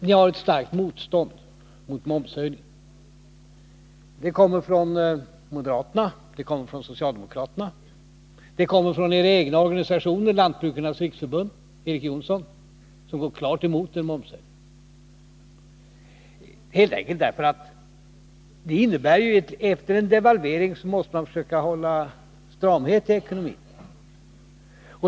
Ni har mött ett starkt motstånd när det gäller momssänkningen. Det kommer från moderaterna, socialdemokraterna och era egna organisationer. T. ex. Erik Jonsson i Lantbrukarnas riksförbund går klart emot en momssänkning. Detta beror helt enkelt på att man efter en devalvering måste försöka hålla stramhet i ekonomin.